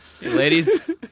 Ladies